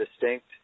distinct